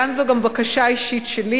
כאן זו גם בקשה אישית שלי,